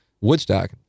Woodstock